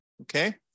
okay